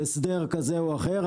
הסדר כזה או אחר,